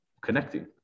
connecting